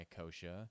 Kosha